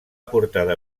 portada